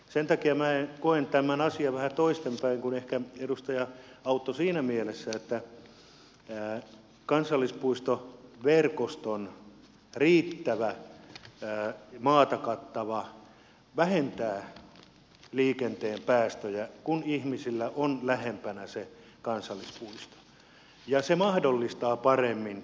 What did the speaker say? se takia minä koen tämän asian vähän toistepäin kuin ehkä edustaja autto siinä mielessä että kansallispuistoverkoston riittävä maan kattavuus vähentää liikenteen päästöjä kun ihmisillä on lähempänä se kansallispuisto se mahdollistaa sen paremmin